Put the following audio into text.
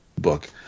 book